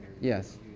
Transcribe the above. Yes